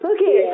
Okay